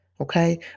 okay